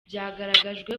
byagaragajwe